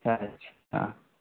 اچھا ہاں